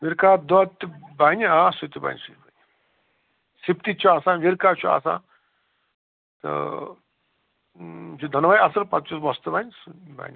وِرکا دۄد تہٕ بَنہِ آ سُہ تہِ بَنہِ سُہ تہِ بَنہِ سِبتی چھِ آسان وِرکا چھُ آسان تہٕ یہِ چھِ دۄنوَے اَصٕل پَتہٕ یُس وۄستہٕ وَنہِ سُہ بَنہِ پَتہٕ